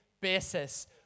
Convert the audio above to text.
basis